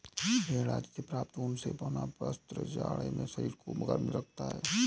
भेड़ आदि से प्राप्त ऊन से बना वस्त्र जाड़े में शरीर को गर्म रखता है